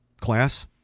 class